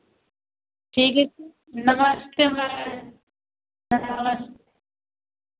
ठीक है तो नमस्ते मैम मैम नमस्ते